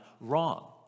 wrong